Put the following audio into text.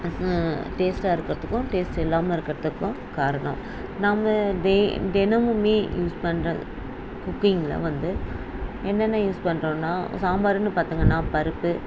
டேஸ்ட்டாக இருக்கிறதுக்கும் டேஸ்ட்டு இல்லாம இருக்கிறதுக்கும் காரணம் நாம்ம தின தினமுமே யூஸ் பண்ணுற குக்கிங்கில் வந்து என்னன்ன யூஸ் பண்ணுறோம்னா சாம்பாருன்னு பார்த்திங்கன்னா பருப்பு